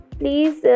please